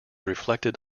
reflected